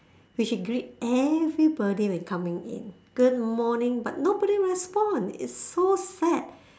which he greet everybody when coming in good morning but nobody respond it's so sad